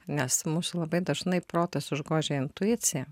nes mūsų labai dažnai protas užgožia intuiciją